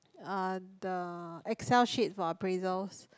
uh the Excel sheet for appraisals